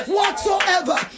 Whatsoever